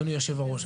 אדוני היושב-ראש.